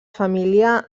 família